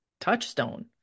touchstone